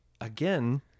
again